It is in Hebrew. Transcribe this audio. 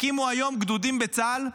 הקימו היום גדודים בצה"ל.